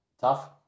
Tough